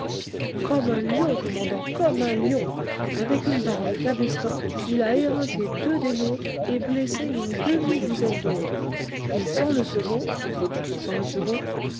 comme un lion commandant comme un lion avec une barre de cabestan il a éreinté deux des nôtres et blessé une demi-douzaine d'autres et sans le second sans le second